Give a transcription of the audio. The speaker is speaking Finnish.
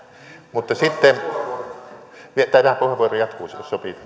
mutta sitten tämä puheenvuoro jatkuu jos sopii